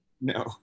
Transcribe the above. No